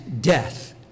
death